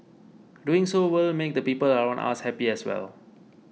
doing so will make the people around us happy as well